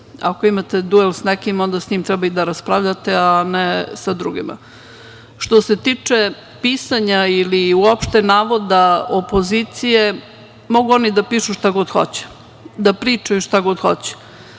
Ako imate duel sa nekim, onda sa njim treba i da raspravljate, a ne sa drugima. Što se tiče pisanja ili uopšte navoda opozicije, mogu oni da pišu šta god hoće, da pričaju šta god hoće.